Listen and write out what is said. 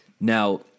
Now